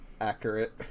accurate